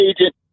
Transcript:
agent